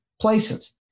places